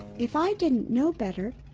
if i didn't know better,